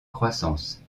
croissance